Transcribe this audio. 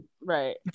Right